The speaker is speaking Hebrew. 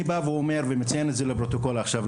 אני בא ומציין את זה עכשיו לפרוטוקול ולוועדה.